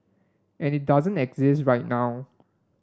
and it doesn't exist right now